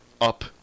up